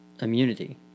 immunity